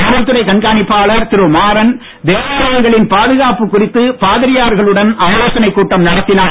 காவல்துறை கண்காணிப்பாளர் திரு மாறன் தேவாலயங்களின் பாதுகாப்புக் குறித்து பாதிரியார்களுடன் ஆலோசனைக் கூட்டம் நடத்தினார்